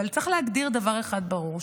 אבל צריך להגדיר דבר אחד ברור,